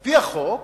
על-פי החוק הקיים,